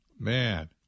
Man